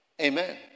Amen